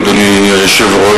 אדוני היושב-ראש,